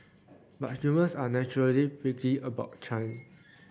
but humans are naturally prickly about change